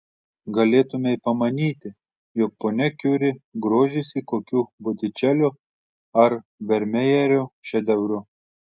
galėtumei pamanyti jog ponia kiuri grožisi kokiu botičelio ar vermejerio šedevru